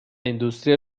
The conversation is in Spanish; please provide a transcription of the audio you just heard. industria